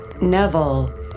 Neville